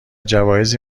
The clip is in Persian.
جوایزی